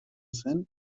zen